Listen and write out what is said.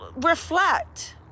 reflect